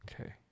Okay